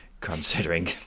considering